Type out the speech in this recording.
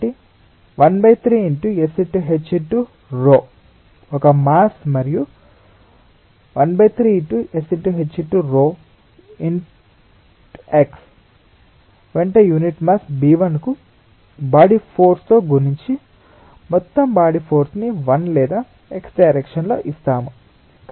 కాబట్టి 13 × S × h x 𝜌 ఒక mass మరియు 13 × S × h x 𝜌 x వెంట యూనిట్ మాస్ కు బాడీ ఫోర్స్తో గుణించి మొత్తం బాడీ ఫోర్స్ ని 1 లేదా x డైరెక్షన్ లో ఇస్తాము